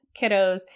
kiddos